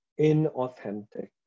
Inauthentic